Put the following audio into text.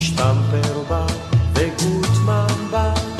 שטמפר בא וגוטמן בא